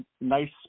nice